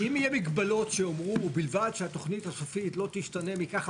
אם יהיו מגבלות שיאמרו בלבד שהתוכנית הסופית לא תשתנה מכך,